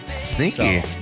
Sneaky